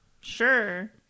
sure